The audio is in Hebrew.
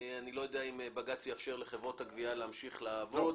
אני לא יודע אם בג"ץ יאפשר לחברות הגבייה להמשיך לעבוד.